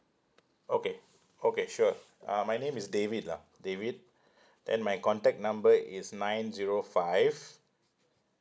okay okay sure uh my name is david lah david then my contact number is nine zero five